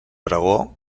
aragó